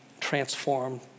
transformed